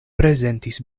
prezentis